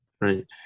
right